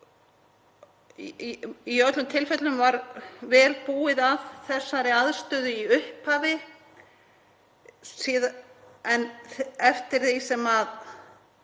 í öllum tilfellum vel búið að þessari aðstöðu í upphafi en eftir því sem